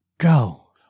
go